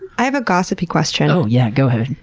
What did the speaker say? i have a gossipy question. oh yeah, go ahead.